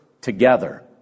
together